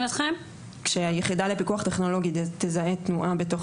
כאשר היחידה לפיקוח טכנולוגי תזהה תנועה בתוך